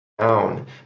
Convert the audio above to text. down